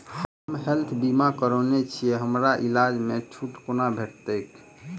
हम हेल्थ बीमा करौने छीयै हमरा इलाज मे छुट कोना भेटतैक?